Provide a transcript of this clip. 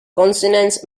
consonants